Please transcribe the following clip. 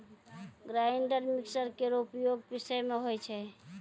grinder mixer केरो उपयोग पिसै म होय छै